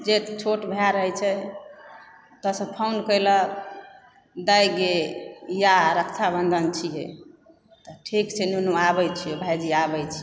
जेठ छोट भाय रहए छै ओतऽसंँ फोन केलक दाय गे आ रक्षा बंधन छियै तऽ ठीक छै नुनु आबय छी भाईजी आबय छी